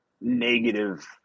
negative